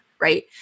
Right